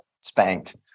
spanked